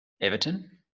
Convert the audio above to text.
Everton